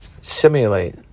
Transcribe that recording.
simulate